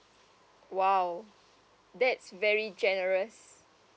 !wow! that's very generous